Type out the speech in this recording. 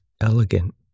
elegant